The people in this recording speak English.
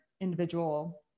individual